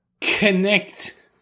connect